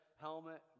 helmet